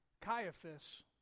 Caiaphas